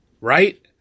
right